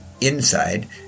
inside